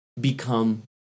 become